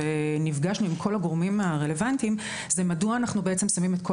- ונפגשנו עם כל הגורמים הרלוונטיים - היא מדוע אנחנו שמים את כל